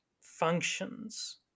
functions